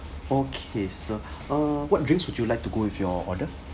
okay sir uh what drinks would you like to go with your order